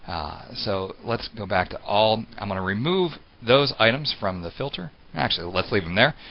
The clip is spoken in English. so let's go back to all i'm going to remove those items from the filter actually let's leave them there.